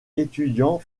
étudiant